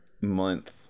month